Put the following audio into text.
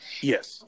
yes